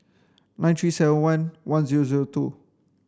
nine three seven one one zero zero two